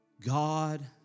God